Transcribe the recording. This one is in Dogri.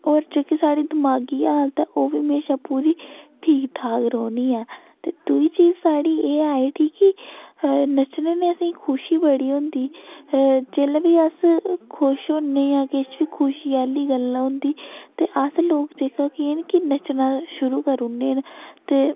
ते होर जेह्की साढ़ी दमागी हालत ऐ ओह्बी म्हेशां पूरी ठीक ठाक रौह्नी ऐ ते थोह्ड़ी जेही साढ़ी एह् ऐ कि नच्चने नै असें गी खुशी बड़ी होंदी जेल्लै बी अस खुश होने आं जां किश बी खुशी आह्ली गल्ल होंदी ते अस लोक जेह्का केह् की नच्चना शुरू करू नै न ते